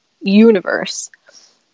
universe